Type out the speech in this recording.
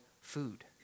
food